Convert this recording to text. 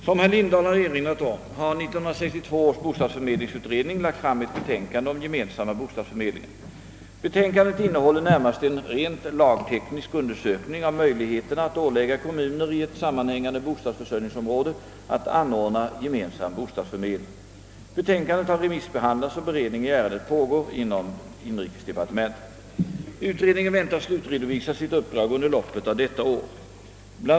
Som herr Lindahl har erinrat om har 1962 års bostadsförmedlingsutredning lagt fram ett betänkande om gemensamma bostadsförmedlingar. Betänkandet innehåller närmast en rent lagteknisk undersökning av möjligheterna att ålägga kommuner i ett sammanhängande bostadsförsörjningsområde att anordna gemensam <:bostadsförmedling. Betänkandet har remissbehandlats, och beredning i ärendet pågår inom inrikesdepartementet. Utredningen väntas slutredovisa sitt uppdrag under loppet av detta år. Bl.